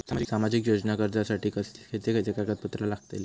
सामाजिक योजना अर्जासाठी खयचे खयचे कागदपत्रा लागतली?